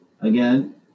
Again